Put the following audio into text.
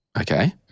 okay